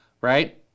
right